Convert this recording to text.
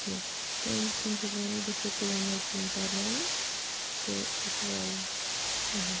کیٚنٛہہ تَمہِ کِنۍ چھَس بہٕ وَنان یہِ گوٚژھ سکوٗلَن منٛز تہِ یُن پَرناونہٕ تہٕ سُہ چھُ واریاہ اہم